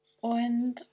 Und